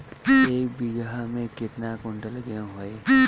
एक बीगहा में केतना कुंटल गेहूं होई?